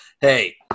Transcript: hey